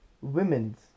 women's